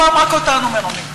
הפעם רק אותנו מרמים.